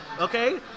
okay